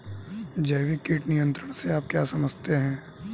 जैविक कीट नियंत्रण से आप क्या समझते हैं?